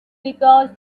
because